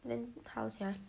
then how sia